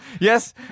Yes